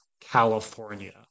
California